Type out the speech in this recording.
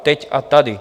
Teď a tady.